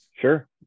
sure